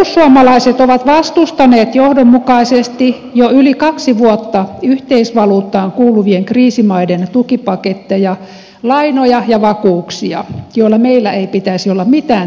perussuomalaiset ovat vastustaneet johdonmukaisesti jo yli kaksi vuotta yhteisvaluuttaan kuuluvien kriisimaiden tukipaketteja lainoja ja vakuuksia joiden kanssa meillä ei pitäisi olla mitään tekemistä